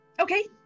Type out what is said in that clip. Okay